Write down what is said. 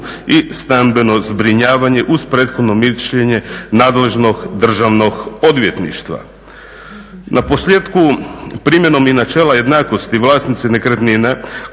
i stambeno zbrinjavanje uz prethodno mišljenje nadležnog Državnog odvjetništva. Na posljetku primjenom i načela jednakosti vlasnici nekretnina